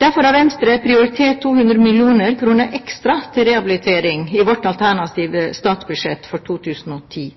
Derfor har Venstre prioritert 200 mill. kr ekstra til rehabilitering i vårt alternative statsbudsjett for 2010.